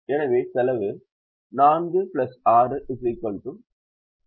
எனவே செலவு 4 6 10 0 6 என்பது 16 ஆகும்